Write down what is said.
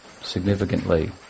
significantly